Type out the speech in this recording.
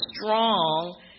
strong